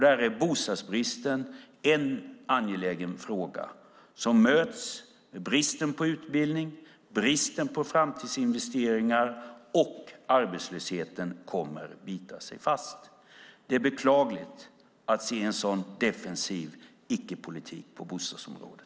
Där är bostadsbristen en angelägen fråga, som möts med bristen på utbildning och bristen på framtidsinvesteringar, och arbetslösheten kommer att bita sig fast. Det är beklagligt att se en så defensiv icke-politik på bostadsområdet.